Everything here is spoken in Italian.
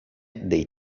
dei